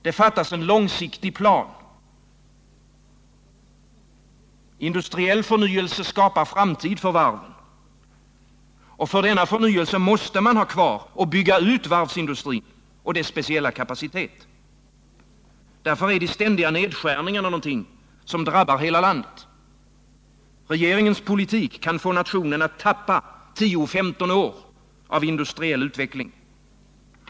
Det fattas en långsiktig plan. Industriell förnyelse skapar framtid för varven. Och för denna förnyelse måste man ha kvar och bygga ut varvsindustrin och dess speciella kapacitet. Därför är de ständiga nedskärningarna någonting som drabbar hela landet. Regeringens politik kan få nationen att tappa 10-15 år av industriell utveckling.